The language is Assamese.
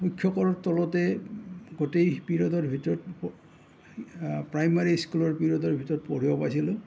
শিক্ষকৰ তলতে গোটেই পিৰিয়ডৰ ভিতৰত প্ৰাইমেৰী স্কুলৰ পিৰিয়ডৰ ভিতৰত পঢ়িব পাইছিলোঁ